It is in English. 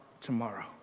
tomorrow